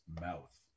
mouth